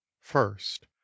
First